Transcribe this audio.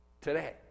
today